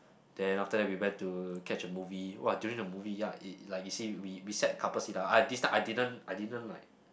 then after that we went to catch a movie !wah! during the movie ya it it like you say we we say sat couple seat lah ah this time I didn't I didn't like